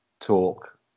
talk